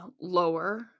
lower